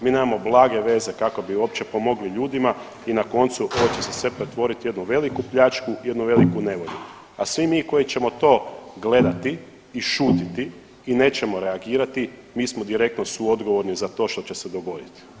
Mi nemamo blage veze kako bi uopće pomogli ljudima i na koncu ovo će se sve pretvoriti u jednu veliku pljačku i u jednu veliku nevolju, a svi mi koji ćemo to gledati i šutiti i nećemo reagirati, mi smo direktno suodgovorni za to što će se dogoditi.